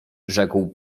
rzekł